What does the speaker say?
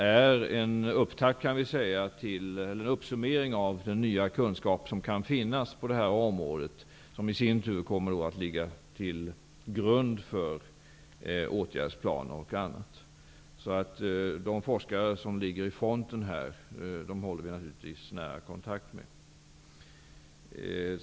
Det kan sägas vara en uppsummering av den nya kunskap som kan finnas på området och som i sin tur kommer att ligga till grund för åtgärdsplaner och annat. Så de forskare som ligger i fronten här håller vi naturligtvis nära kontakt med.